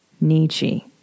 Nietzsche